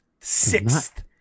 Sixth